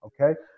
Okay